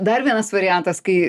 dar vienas variantas kai